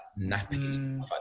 nappies